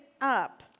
up